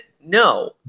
No